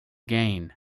gain